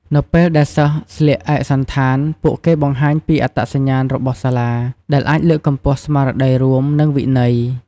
នៅពេលដែលសិស្សស្លៀកឯកសណ្ឋាន ពួកគេបង្ហាញពីអត្តសញ្ញាណរបស់សាលា ដែលអាចលើកកម្ពស់ស្មារតីរួម និងវិន័យ។